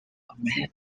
american